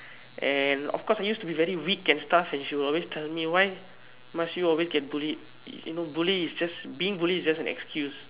and of course I used to be very weak and stuff and she will always tell me why must you always get bullied you know bully is just being bullied is just an excuse